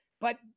but-